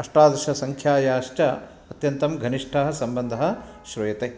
अष्टादशसङ्ख्यायाश्च अत्यन्तं घनिष्ठः सम्बन्धः श्रूयते